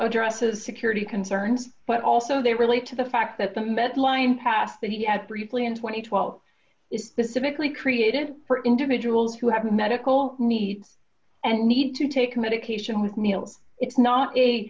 addresses security concerns but also they relate to the fact that the medline pass that he had briefly in two thousand and twelve is specifically created for individuals who have a medical need and need to take a medication with me no it's not a